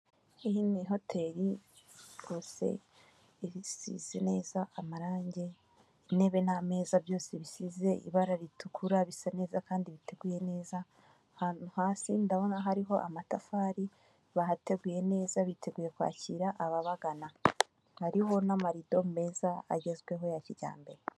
Iyi ni hoteli rwose isize neza amarangi intebe n'ameza byose bisize ibara ritukura, bisa neza kandi biteguye neza ahantu hasi ndabona hariho amatafari bahateguye neza biteguye kwakira ababagana, hariho n'amarido meza agezweho ya kijyambere.